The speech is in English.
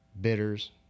bitters